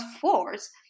force